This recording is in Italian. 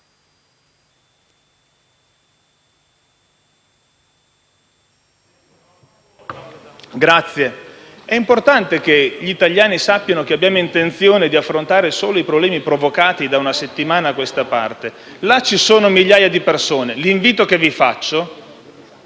*(PD)*. È importante che gli italiani sappiano che abbiamo intenzione di affrontare solo i problemi provocati da una settimana a questa parte. Là ci sono migliaia di persone. L'invito che vi faccio